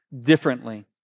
differently